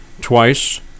twice